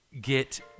get